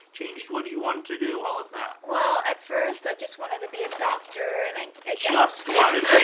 changed what do you want to do, all of that? well, at first, i just wanted to be doctor and i i just wanted to